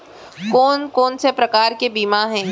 कोन कोन से प्रकार के बीमा हे?